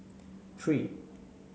three